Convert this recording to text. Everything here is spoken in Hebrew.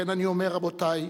לכן אני אומר, רבותי,